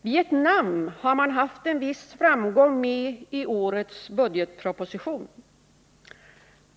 Vietnam har man haft en viss framgång med i årets budgetproposition.